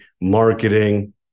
marketing